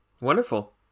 Wonderful